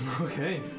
Okay